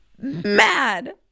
mad